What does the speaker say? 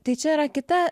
tai čia yra kita